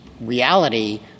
reality